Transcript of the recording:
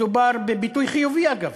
מדובר בביטוי חיובי, אגב,